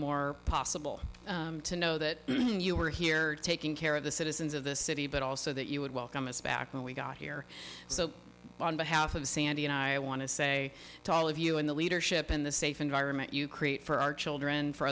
more possible to know that you were here taking care of the citizens of this city but also that you would welcome us back when we got here so on behalf of sandy and i want to say to all of you in the leadership in the safe environment you create for our children for